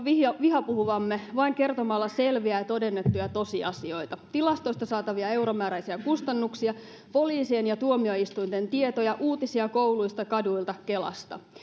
vihapuhuvamme vain kertomalla selviä ja todennettuja tosiasioita tilastoista saatavia euromääräisiä kustannuksia poliisien ja tuomioistuinten tietoja uutisia kouluista kaduilta kelasta